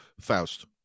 Faust